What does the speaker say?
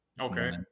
Okay